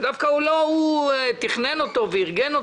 שדווקא לא הוא תכנן אותו וארגן אותו,